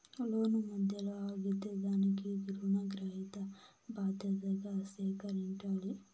లోను మధ్యలో ఆగిపోతే దానికి రుణగ్రహీత బాధ్యతగా స్వీకరించాలి